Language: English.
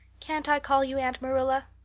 can't i call you aunt marilla?